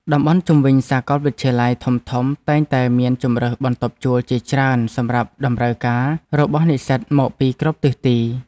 តំបន់ជុំវិញសាកលវិទ្យាល័យធំៗតែងតែមានជម្រើសបន្ទប់ជួលជាច្រើនសម្រាប់តម្រូវការរបស់និស្សិតមកពីគ្រប់ទិសទី។